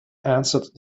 answered